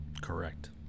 Correct